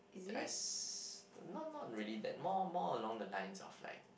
nice not not really that more more along the lines of like